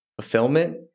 fulfillment